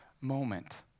moment